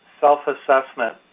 self-assessment